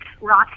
rock